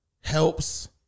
helps